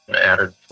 added